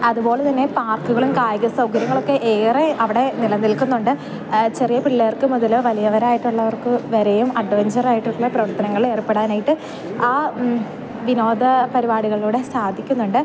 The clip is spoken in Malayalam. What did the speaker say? അതുപോലെതന്നെ പാർക്കുകളും കായിക സൗകര്യങ്ങളൊക്കെ ഏറെ അവിടെ നിലനിൽക്കുന്നുണ്ട് ചെറിയ പിള്ളേർക്ക് മുതൽ വലിയവർ ആയിട്ടുള്ളവർക്ക് വരെയും അഡ്വഞ്ചറായിട്ടുള്ള പ്രവർത്തനങ്ങളിൽ ഏർപ്പെടാനായിട്ട് ആ വിനോദ പരിപാടികളിലൂടെ സാധിക്കുന്നുണ്ട്